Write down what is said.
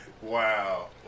Wow